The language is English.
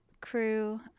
crew